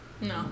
No